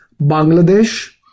Bangladesh